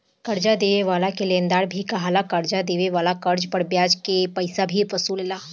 कर्जा देवे वाला के लेनदार भी कहाला, कर्जा देवे वाला कर्ज पर ब्याज के पइसा भी वसूलेला